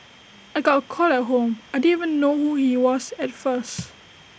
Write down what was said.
I got A call at home I didn't even know who he was at first